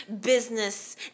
business